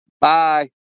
Bye